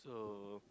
so